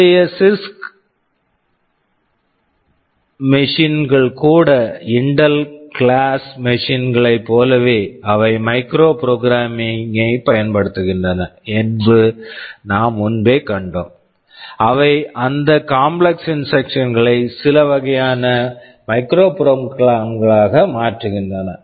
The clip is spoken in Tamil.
இன்றைய சிஸ்க் CISC மெஷின் machines கள் கூட Intel intel class class machine machines களைப் போலவே அவை மைக்ரோ புரோகிராமிங் micro programming கைப் பயன்படுத்துகின்றன என்று நாம் முன்பே கண்டோம் அவை அந்த காம்ப்ளக்ஸ் complex இன்ஸ்ட்ரக்சன் instructions களை சில வகையான மைக்ரோபிரோகிராம் microprograms களாக மாற்றுகின்றன